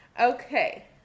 okay